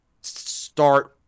start